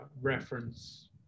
reference